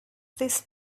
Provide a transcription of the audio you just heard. this